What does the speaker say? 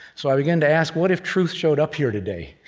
so i began to ask, what if truth showed up here today?